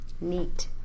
neat